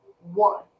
one